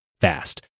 fast